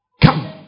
come